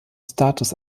status